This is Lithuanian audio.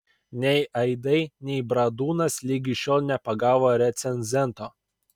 nei aidai nei bradūnas ligi šiol nepagavo recenzento